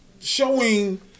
showing